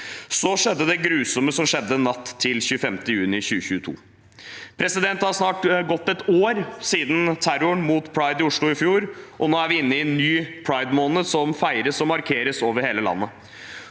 Så skjedde det grusomme som skjedde natt til 25. juni 2022. Det har snart gått et år siden terroren mot pride i Oslo i fjor, og nå er vi inne i ny pridemåned, som feires og markeres over hele landet.